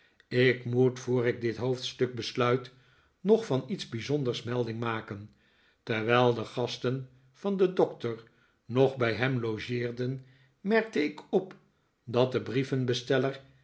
ik moet voor ik dit hoofdstuk besluit nog van iets bijzonders melding maken terwijl de gasten van den doctor nog bij hem logeerden merkte ik op dat de